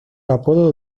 apodo